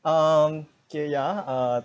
um K ya uh